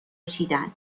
چیدن